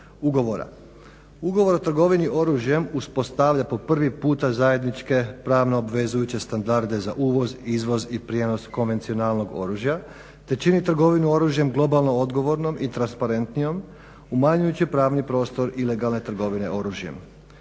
ugovora. Ugovor o trgovini oružjem uspostavlja po prvi puta zajedničke pravno obvezujuće standarde za uvoz, izvoz i prijenos konvencionalnog oružja, te čini trgovinu oružjem globalno odgovornom i transparentnijom umanjujući pravni prostor ilegalne trgovine oružjem.